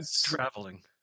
Traveling